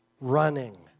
running